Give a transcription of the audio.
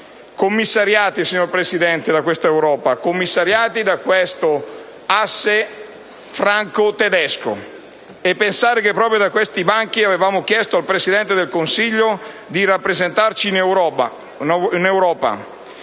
commissariati, signor Presidente, da questa Europa e da questo asse franco‑tedesco; e pensare che proprio da questi banchi avevamo chiesto al Presidente del Consiglio di rappresentarci in Europa